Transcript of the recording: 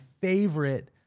favorite